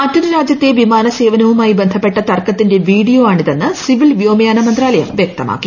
മറ്റൊരു രാജ്യത്തെ വിമാനസേവനവുമായി ബന്ധപ്പെട്ട തർക്കത്തിന്റെ വീഡിയോ ആണിതെന്ന് സിവിൽ വ്യോമയാന മന്ത്രാലയം വ്യക്തമാക്കി